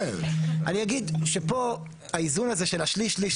אני אגיד שהאיזון הזה של שליש שליש שליש